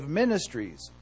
ministries